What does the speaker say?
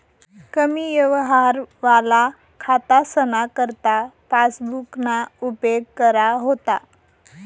कमी यवहारवाला खातासना करता पासबुकना उपेग करा व्हता